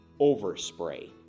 overspray